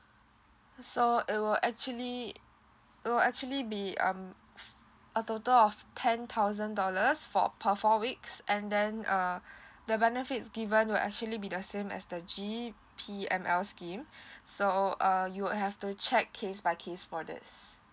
so it will actually it will actually be um a total of ten thousand dollars for per four weeks and then uh the benefits given will actually be the same as the G_P_M_L scheme so err you will have to check case by case for this